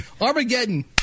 Armageddon